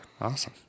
Awesome